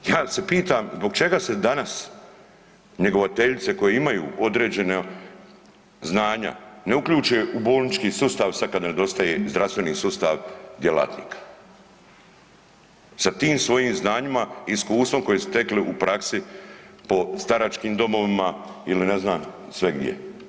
Ja se pitam zbog čega se danas njegovateljice koje imaju određena znanja ne uključe u bolnički sustav sad kad nam nedostaje, zdravstveni sustav, djelatnika, sa tim svojim znanjima i iskustvom koje su stekli u praksi po staračkim domovima ili ne znam sve gdje?